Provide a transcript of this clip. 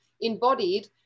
embodied